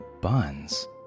Buns